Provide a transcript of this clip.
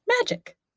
Magic